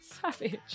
Savage